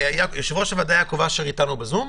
יושב-ראש הוועדה, יעקב אשר, איתנו בזום?